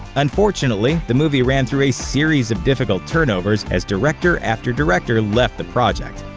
unfortunately, the movie ran through a series of difficult turnovers as director after director left the project.